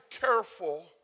careful